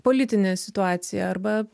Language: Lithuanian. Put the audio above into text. politinė situacija arba